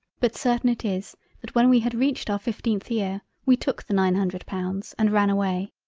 but certain it is that when we had reached our fifteenth year, we took the nine hundred pounds and ran away.